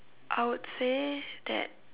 I would say that